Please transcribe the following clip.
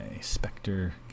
Spectre